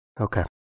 Okay